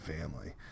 family